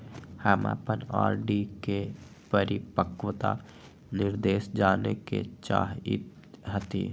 हम अपन आर.डी के परिपक्वता निर्देश जाने के चाहईत हती